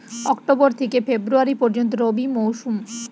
October থেকে February পর্যন্ত রবি মৌসুম